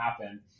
happen